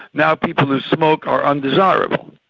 now people who smoke are undesirable,